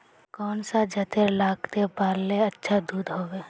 कौन सा जतेर लगते पाल्ले अच्छा दूध होवे?